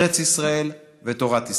ארץ ישראל ותורת ישראל.